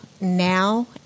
now